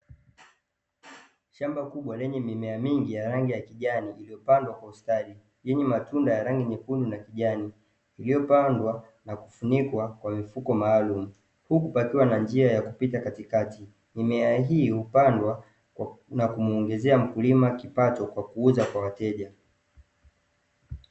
Shamba kubwa lenye mimea mingi ya rangi ya kijani, iliyopandwa kwa ustadi yenye matunda ya rangi nyekundu na kijani, iliyopandwa na kufunikwa kwa mifuko maalumu. Huku pakiwa na njia ya kupita katikati. Mimea hii hupandwa na kumuongezea mkulima kipato kwa kuuza kwa wateja.